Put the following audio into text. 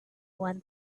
one